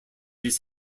his